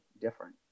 different